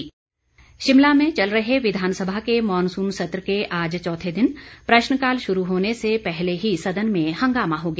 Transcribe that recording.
हंगामा शिमला में चल रहे विधानसभा के मानसून सत्र के आज चौथे दिन प्रश्नकाल शुरू होने से पहले ही सदन में हंगामा हो गया